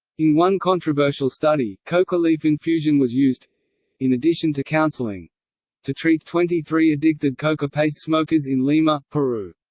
in one controversial study, coca leaf infusion was used in addition to counseling to treat twenty three addicted coca-paste smokers in lima, peru.